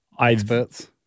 experts